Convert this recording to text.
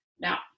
Now